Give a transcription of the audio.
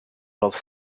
both